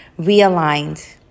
realigned